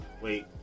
wait